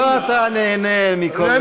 לא, אתה נהנה מכל רגע.